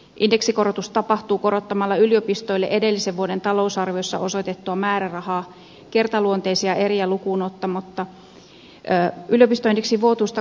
indeksikorotus tapahtuu korottamalla yliopistoille edellisen vuoden talousarviossa osoitettua määrärahaa kertaluonteisia eriä lukuun ottamatta yliopistoindeksin vuotuista kustannustasonnousua vastaavasti